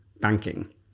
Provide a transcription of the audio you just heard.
banking